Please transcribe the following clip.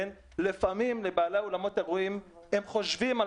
לפעמים בעלי אולמות אירועים חושבים על